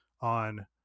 on